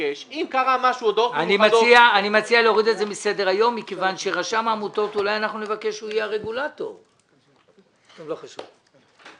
אני מכיר במסגרת עבודת הפיקוח שלי את הצורך הזה.